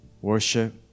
worship